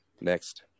Next